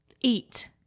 eat